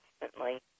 constantly